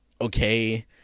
okay